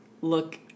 Look